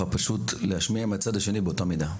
שאת הנאום שלך אפשר להשמיע מהצד השני באותה מידה,